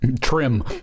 trim